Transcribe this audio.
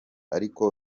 ariko